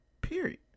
Period